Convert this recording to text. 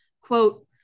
Quote